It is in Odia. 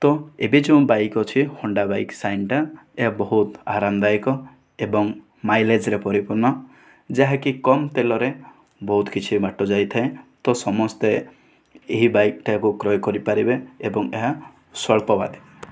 ତ ଏବେ ଯେଉଁ ବାଇକ ଅଛି ହୋଣ୍ଡା ବାଇକ୍ ସାଇନ୍ ଟା ଏହା ବହୁତ ଆରାମ ଦାୟକ ଏବଂ ମାଇଲେଜ୍ ରେ ପରିପୂର୍ଣ୍ଣ ଯାହାକି କମ ତେଲରେ ବହୁତ କିଛି ବାଟ ଯାଇଥାଏ ତ ସମସ୍ତେ ଏହି ବାଇକ୍ ଟାକୁ କ୍ରୟ କରିପାରିବେ ଏବଂ ଏହା ସ୍ବଳ୍ପବାଦୀ